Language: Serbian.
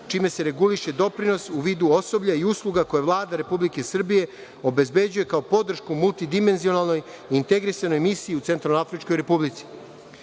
čime se reguliše doprinos u vidu osoblja i usluga koje Vlada Republike Srbije obezbeđuje kao podršku multidimenzionalnoj i integrisanoj misiji u Centralnoafričkoj Republici. Privremena